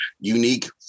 unique